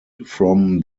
from